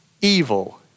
evil